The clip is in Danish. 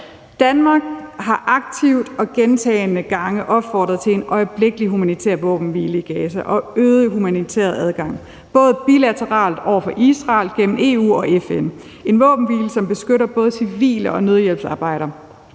Danmark har aktivt og gentagne gange opfordret til en øjeblikkelig humanitær våbenhvile og øget humanitær adgang, både bilateralt over for Israel og gennem EU og FN. Det skal være en humanitær våbenhvile, som beskytter både civile og nødhjælpsarbejdere,